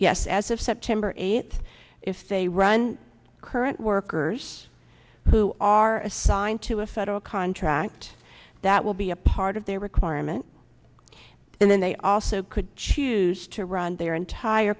yes as of september eighth if they run current workers who are assigned to a federal contract that will be a part of their requirement and then they also could choose to run their entire